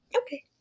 Okay